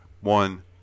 One